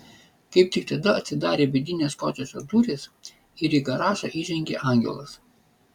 kaip tik tada atsidarė vidinės kotedžo durys ir į garažą įžengė angelas